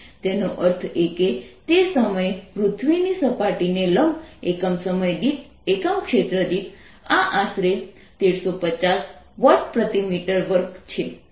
તેનો અર્થ એ કે તે સમયે પૃથ્વીની સપાટીને લંબ એકમ સમય દીઠ એકમ ક્ષેત્ર દીઠ આ આશરે 1350 વોટ પ્રતિ મીટર વર્ગ છે